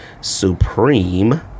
Supreme